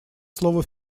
слово